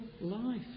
life